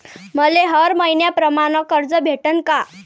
मले हर मईन्याप्रमाणं कर्ज भेटन का?